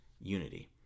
unity